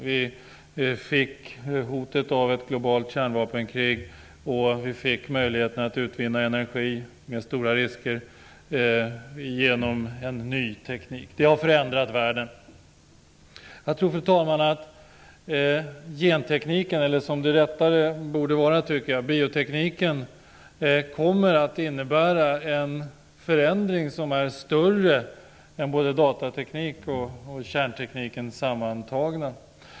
Vi fick hotet om ett globalt kärnvapenkrig, och vi fick möjligheterna att utvinna energi med stora risker genom en ny teknik. Detta har förändrat världen. Fru talman! Jag tror att gentekniken eller, som det riktigare borde heta, biotekniken kommer att innebära en större förändring än vad både datatekniken och kärntekniken sammantaget har inneburit.